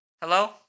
Hello